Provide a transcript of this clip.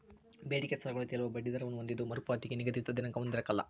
ಬೇಡಿಕೆ ಸಾಲಗಳು ತೇಲುವ ಬಡ್ಡಿ ದರವನ್ನು ಹೊಂದಿದ್ದು ಮರುಪಾವತಿಗೆ ನಿಗದಿತ ದಿನಾಂಕ ಹೊಂದಿರಕಲ್ಲ